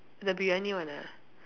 the Briyani one ah